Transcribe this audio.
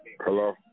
Hello